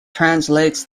translates